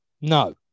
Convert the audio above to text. no